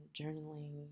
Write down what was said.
journaling